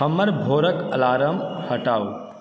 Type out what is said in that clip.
हमर भोरक अलार्म हटाउ